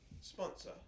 sponsor